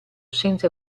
senza